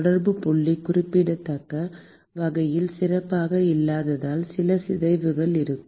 தொடர்பு புள்ளி குறிப்பிடத்தக்க வகையில் சிறப்பாக இல்லாததால் சில சிதைவுகள் இருக்கும்